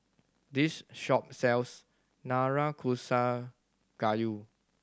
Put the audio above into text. this shop sells Nanakusa Gayu